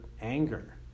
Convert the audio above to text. anger